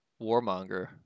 warmonger